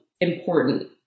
important